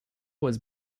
was